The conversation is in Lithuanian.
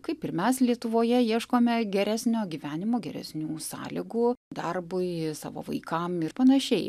kaip ir mes lietuvoje ieškome geresnio gyvenimo geresnių sąlygų darbui savo vaikam ir panašiai